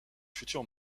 futur